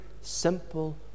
simple